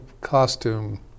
costume